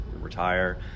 retire